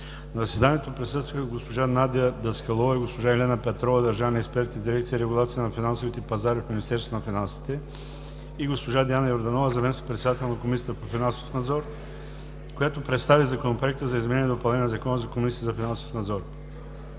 На заседанието присъстваха госпожа Надя Даскалова и госпожа Елена Петрова – държавни експерти в дирекция „Регулация на финансовите пазари“ в Министерството на финансите, и госпожа Диана Йорданова – заместник-председател на Комисията за финансов надзор, която представи Законопроекта за изменение и допълнение на Закона за Комисията за финансов надзор.